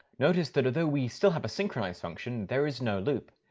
notice that although we still have a synchronise function, there is no loop.